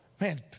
man